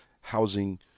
Housing